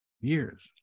years